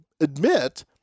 admit